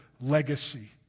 Legacy